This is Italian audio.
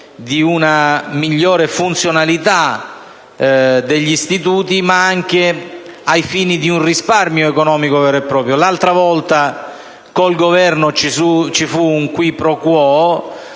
di una migliore funzionalità degli istituti, ma anche ai fini di un risparmio economico vero e proprio. L'altra volta con il Governo vi fu un *qui pro quo*